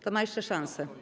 To ma jeszcze szansę.